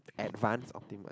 advance ultimately